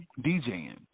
djing